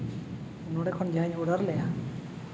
ᱱᱚᱰᱮ ᱠᱷᱚᱱ ᱡᱟᱦᱟᱧ ᱚᱰᱟᱨ ᱞᱮᱫᱟ